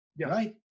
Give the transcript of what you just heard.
right